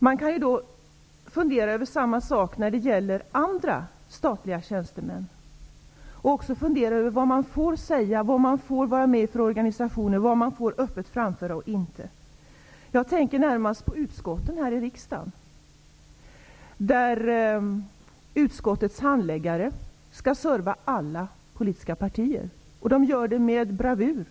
Man kan då fundera över hur det är när det gäller andra statliga tjänstemän och också över vad man öppet får framföra, vilka organisationer man får vara med i osv. Jag tänker närmast på riksdagens utskott. Utskottens handläggare skall serva alla politiska partier, och det gör de med bravur.